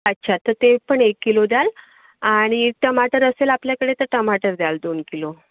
अच्छा तर ते पण एक किलो द्याल आणि टमाटर असेल आपल्याकडे तर टमाटर द्याल दोन किलो